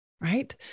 right